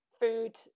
food